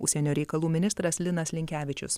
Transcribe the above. užsienio reikalų ministras linas linkevičius